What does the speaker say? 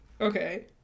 Okay